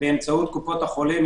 באמצעות קופות החולים,